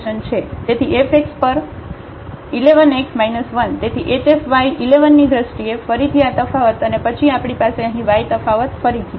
તેથી f x પર 1 1 x 1 તેથી h f y 1 1 ની દ્રષ્ટિએ ફરીથી આ તફાવત અને પછી આપણી પાસે અહીં y તફાવત ફરીથી છે